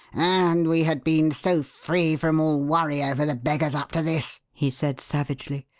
and we had been so free from all worry over the beggars up to this! he said, savagely.